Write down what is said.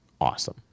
awesome